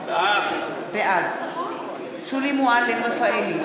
בעד שולי מועלם-רפאלי,